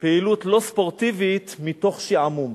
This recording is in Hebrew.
פעילות לא ספורטיבית, מתוך שעמום.